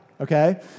okay